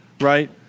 right